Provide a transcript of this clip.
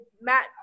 Matt